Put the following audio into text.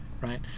right